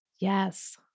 Yes